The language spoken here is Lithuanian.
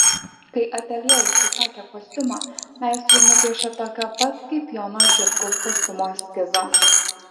kai ateljė užsisakė kostiumą meistrui nupiešė tokio pat kaip jono žitkaus kostiumo eskizą